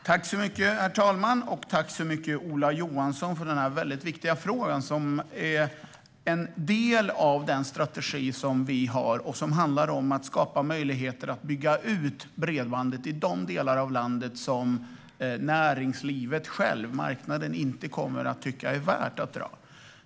Herr talman! Tack, Ola Johansson, för den här väldigt viktiga frågan som är en del av den strategi som vi har och som handlar om att skapa möjligheter att bygga ut bredbandet i de delar av landet där näringslivet och marknaden inte kommer att tycka att det är värt att bygga ut.